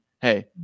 Hey